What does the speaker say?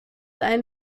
ein